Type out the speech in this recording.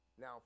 Now